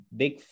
big